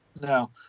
No